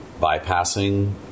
bypassing